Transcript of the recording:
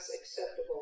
acceptable